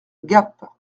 gap